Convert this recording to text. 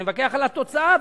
אני מתווכח על התוצאה.